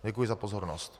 Děkuji za pozornost.